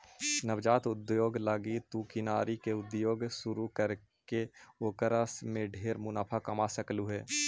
नवजात उद्योग लागी तु किनारी के उद्योग शुरू करके ओकर में ढेर मुनाफा कमा सकलहुं हे